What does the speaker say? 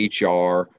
HR